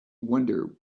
wonder